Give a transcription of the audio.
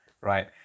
right